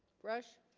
brush